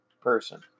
person